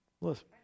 listen